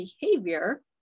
behavior